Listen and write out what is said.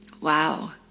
Wow